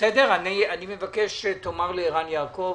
אני מבקש שתאמר לערן יעקב.